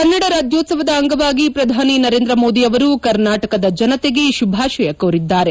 ಕನ್ನಡ ರಾಜ್ಯೋತ್ಸವದ ಅಂಗವಾಗಿ ಪ್ರಧಾನಿ ನರೇಂದ್ರ ಮೋದಿ ಅವರು ಕರ್ನಾಟಕದ ಜನತೆಗೆ ಶುಭಾಶಯ ಕೋರಿದ್ದಾರೆ